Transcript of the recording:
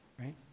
right